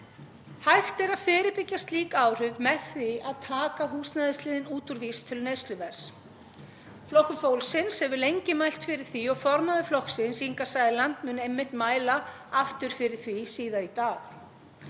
Hægt er að fyrirbyggja slík áhrif með því að taka húsnæðisliðinn út úr vísitölu neysluverðs. Flokkur fólksins hefur lengi mælt fyrir því og formaður flokksins, Inga Sæland, mun einmitt mæla aftur fyrir því síðar í dag.